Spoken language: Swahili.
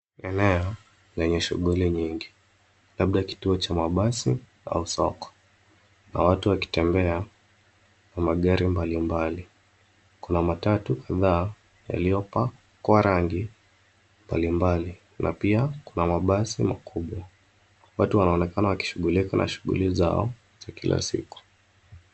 Eneo lenye shughuli nyingi, labda kituo cha mabasi au soko na watu wakitembea na magari mbalimbali. Kuna matatu kadhaa yaliyopakwa rangi mbalimbali na pia kuna mabasi makubwa. Watu wanaonekana wakishughulika na shughuli zao za kila siku.